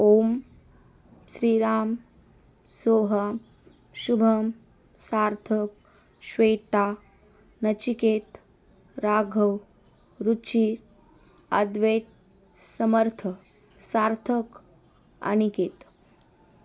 ओम श्रीराम सोह शुभम सार्थक श्वेता नचिकेत राघव रुचीर अद्वेेत समर्थ सार्थक अनिकेत